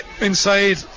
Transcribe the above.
inside